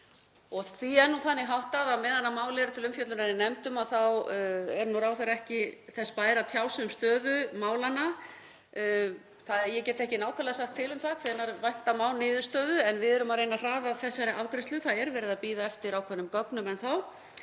Því er nú þannig háttað að meðan mál eru til umfjöllunar í nefndum þá er ráðherra ekki þess bær að tjá sig um stöðu málanna. Ég get ekki nákvæmlega sagt til um það hvenær vænta má niðurstöðu en við erum að reyna að hraða þessari afgreiðslu. Það er verið að bíða eftir ákveðnum gögnum enn þá